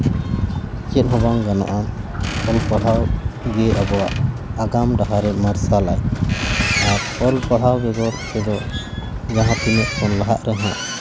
ᱪᱮᱫ ᱦᱚᱸ ᱵᱟᱝ ᱜᱟᱱᱚᱜᱼᱟ ᱚᱞ ᱯᱟᱲᱦᱟᱣ ᱜᱮ ᱟᱵᱚᱣᱟᱜ ᱟᱜᱟᱢ ᱰᱟᱦᱟᱨ ᱜᱮᱭ ᱢᱟᱨᱥᱟᱞᱟᱭ ᱟᱨ ᱚᱞ ᱯᱟᱲᱦᱟᱣ ᱵᱮᱜᱚᱨ ᱛᱮᱫᱚ ᱡᱟᱦᱟᱸ ᱛᱤᱱᱟᱹᱜ ᱵᱚᱱ ᱞᱟᱦᱟᱜ ᱨᱮᱦᱚᱸ